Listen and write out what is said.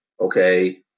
Okay